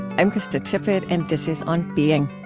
i'm krista tippett, and this is on being.